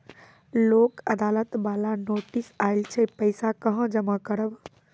लोक अदालत बाला नोटिस आयल छै पैसा कहां जमा करबऽ?